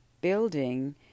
building